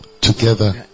together